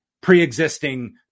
pre-existing